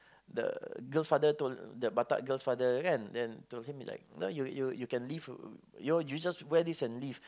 the girl's father told the batak girl's father kan then to him is like you know you you you can leave you just wear this and leave